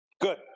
Good